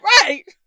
Right